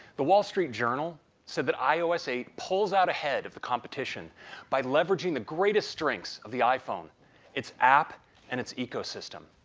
the wall street journal said that ios eight pulls out ahead of the competition by leveraging the greatest strengths of the iphone its app and its ecosystem.